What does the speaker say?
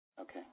Okay